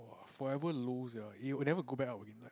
forever low sia it will never go back up again like